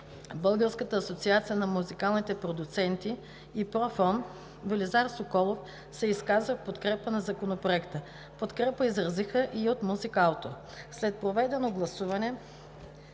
Българската асоциация на музикалните продуценти и ПРОФОН Велизар Соколов се изказа в подкрепа на законопроекта. Подкрепа изразиха и от „Музикаутор“. След проведено гласуване